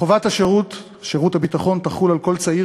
חובת שירות הביטחון תחול על כל צעיר,